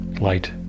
light